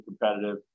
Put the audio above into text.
competitive